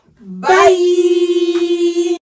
Bye